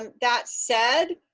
um that said,